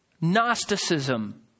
Gnosticism